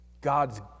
God's